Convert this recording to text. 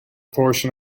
portion